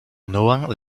nohain